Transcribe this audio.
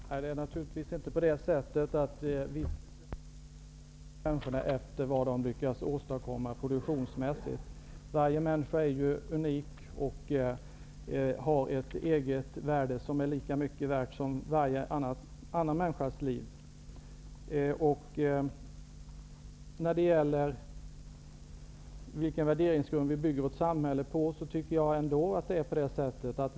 Herr talman! Vi skall naturligtvis inte värdesätta människorna efter vad de lyckas åstadkomma produktionsmässigt. Varje människa är ju unik och har ett eget värde, och hennes liv är lika mycket värt som varje annan människas liv.